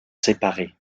séparés